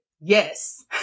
yes